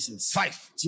Five